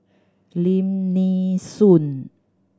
Lim Nee Soon